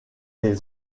des